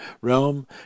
realm